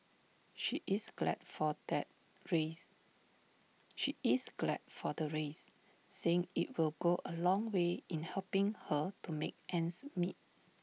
she is glad for the raise she is glad for the raise saying IT will go A long way in helping her to make ends meet